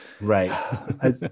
right